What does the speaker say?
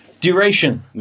duration